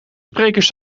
sprekers